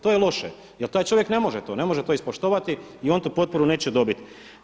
To je loše, jer taj čovjek ne može to, ne može to ispoštovati i on tu potporu neće dobiti.